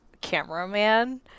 cameraman